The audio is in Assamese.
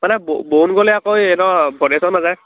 মানে বৰুণ গ'লে আকৌ এই সিহঁতৰ ভদেশ্বৰ নাযায়